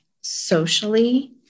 socially